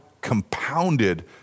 compounded